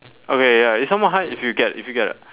okay ya it's somewhat high if you get if you get a